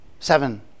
Seven